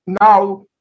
now